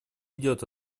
идет